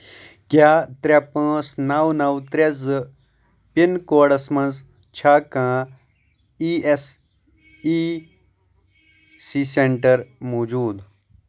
کیٛاہ ترٛے پانٛژھ نو نو ترٛے زٕ پِن کوڈس مَنٛز چھا کانٛہہ E S I C centre موٗجوٗد